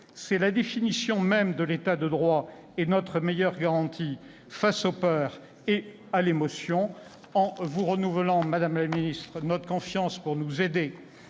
C'est la définition même de l'État de droit et notre meilleure garantie face aux peurs et à l'émotion. Je vous renouvelle, madame la ministre, notre confiance pour nous aider